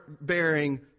bearing